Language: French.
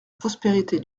prospérité